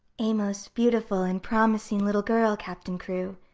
a most beautiful and promising little girl, captain crewe.